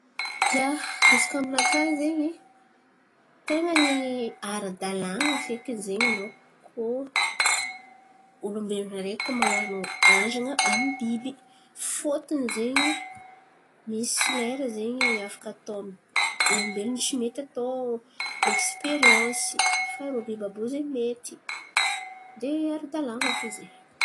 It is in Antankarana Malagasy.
Ia, izy koa aminakà zen̈y, ten̈a ny ara-dalàn̈a fekiny zen̈y anao koa olombelon̈o araiky koa man̈ano andran̈a amy biby. Fôtony zen̈y misy lera zen̈y afaka atao amin'ny olombelon̈o tsy mety atao eksiperiansy fa rô biby àby io zen̈y mety. De ara-dalàn̈a fo zen̈y.